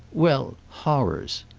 well horrors.